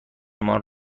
مان